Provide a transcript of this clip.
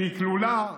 שהיא כלולה?